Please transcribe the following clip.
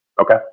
Okay